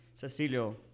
Cecilio